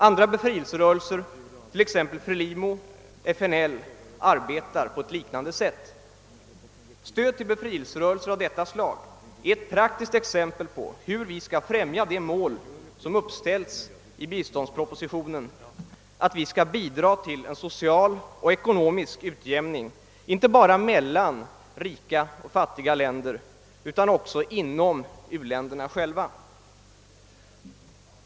Andra = frihetsrörelser, t.ex. FRELIMO och FNL, arbetar på ett liknande sätt. Stöd till befrielserörelser av detta slag är ett praktiskt exempel på hur vi skall främja det mål, som uppställts i biståndspropositionen, nämligen att vi skall bidra till en social och ekonomisk utjämning inte bara mellan rika och fattiga länder utan också inom u-länderna själva.